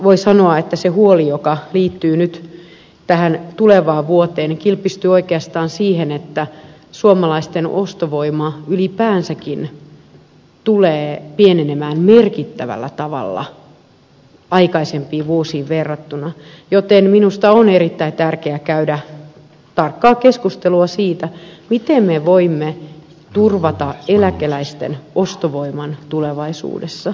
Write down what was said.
voi sanoa että se huoli joka liittyy nyt tulevaan vuoteen kilpistyy oikeastaan siihen että suomalaisten ostovoima ylipäänsäkin tulee pienenemään merkittävällä tavalla aikaisempiin vuosiin verrattuna joten minusta on erittäin tärkeää käydä tarkkaa keskustelua siitä miten me voimme turvata eläkeläisten ostovoiman tulevaisuudessa